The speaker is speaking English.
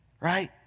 Right